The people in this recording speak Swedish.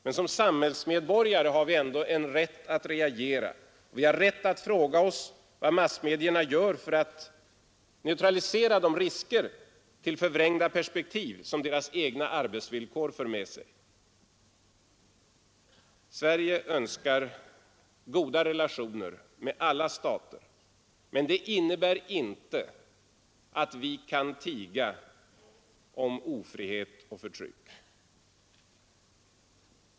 Men som samhällsmedborgare har vi ändå en rätt att reagera, och vi har rätt att fråga oss vad massmedia gör för att neutralisera de risker för förvrängda perspektiv som deras egna arbetsvillkor för med sig. Sverige önskar goda relationer med alla stater, men det innebär inte att vi kan tiga om ofrihet och förtryck.